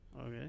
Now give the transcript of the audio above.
Okay